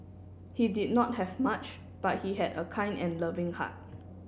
he did not have much but he had a kind and loving heart